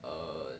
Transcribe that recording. err